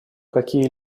какие